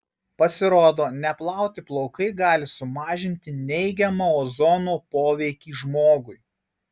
pasirodo neplauti plaukai gali sumažinti neigiamą ozono poveikį žmogui